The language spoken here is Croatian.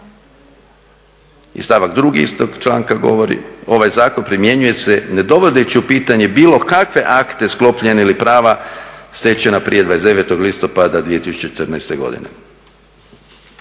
I stavak 2. istog članka govori "Ovaj zakon primjenjuje se ne dovodeći u pitanje bilo kakve akte sklopljene, ili prava stečena prije 29. listopada 2014. godine."